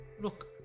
look